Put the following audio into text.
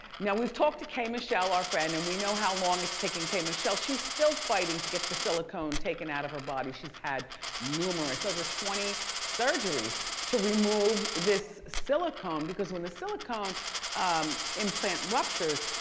now we've talked to kay michelle, our friend, and we know how long it's taking kay michelle. she's still fighting to get the silicone taken out of her body. she's had numerous, over twenty surgeries to remove this silicone because when the silicone implant ruptures,